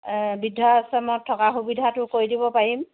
বৃদ্ধাশ্ৰমত থকা সুবিধাটো কৰি দিব পাৰিম